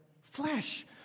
flesh